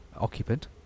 occupant